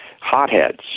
hotheads